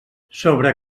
sobre